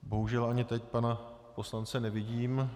Bohužel ani teď pana poslance nevidím.